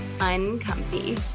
uncomfy